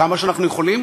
כמה שאנחנו יכולים,